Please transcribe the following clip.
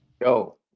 yo